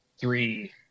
three